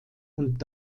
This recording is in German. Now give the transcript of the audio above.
und